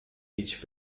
each